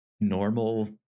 normal